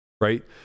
Right